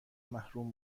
محروم